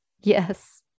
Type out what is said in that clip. Yes